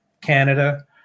Canada